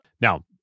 Now